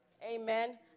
Amen